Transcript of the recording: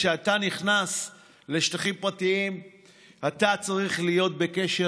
כשאתה נכנס לשטחים פרטיים אתה צריך להיות בקשר